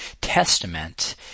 Testament